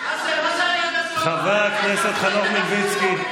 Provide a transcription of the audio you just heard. חבר הכנסת חנוך מלביצקי.